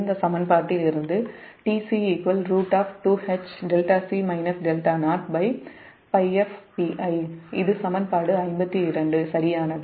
இந்த சமன்பாட்டிலிருந்து இது சமன்பாடு 52 சரியானது